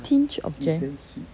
tinge of jam